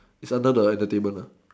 it's under the entertainment